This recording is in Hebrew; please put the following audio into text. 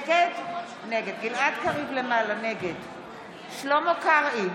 נגד שלמה קרעי,